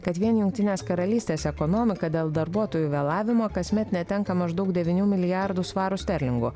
kad vien jungtinės karalystės ekonomika dėl darbuotojų vėlavimo kasmet netenka maždaug devynių milijardų svarų sterlingų